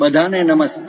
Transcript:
બધાને નમસ્તે